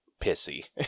pissy